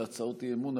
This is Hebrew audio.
על הצעות אי-אמון,